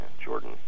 Jordan